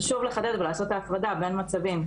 חשוב לחדד ולעשות את ההפרדה בין מצבים,